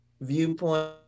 viewpoint